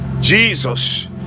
Jesus